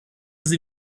sie